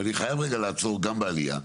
ואני חייב רגע לעצור גם בעלייה.